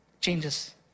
changes